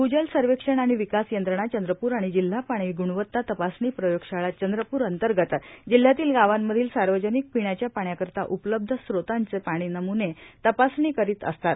भूजल सर्वेक्षण आणि विकास यंत्रणा चंद्रपूर आणि जिल्हा पाणी गुणवता तपासणी प्रयोगशाळा चंद्रपूर अंतर्गत जिल्ह्यातील गावांमधील सार्वजनिक पिण्याच्या पाण्याकरिता उपलब्ध स्त्रोतांचे पाणी नमुने तपासणी करीत असतात